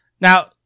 Now